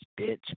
bitch